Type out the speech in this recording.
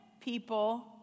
people